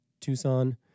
Tucson